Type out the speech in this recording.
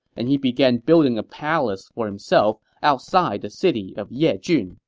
and he began building a palace for himself outside the city of yejun.